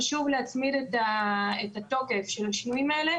חשוב להצמיד את התוקף של השינויים האלה